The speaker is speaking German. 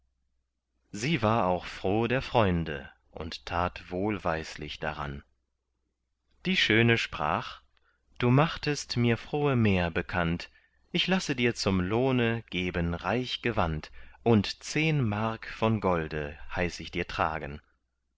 sie war auch froh der freunde und tat wohlweislich daran die schöne sprach du machtest mir frohe mär bekannt ich lasse dir zum lohne geben reich gewand und zehn mark von golde heiß ich dir tragen